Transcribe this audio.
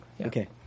Okay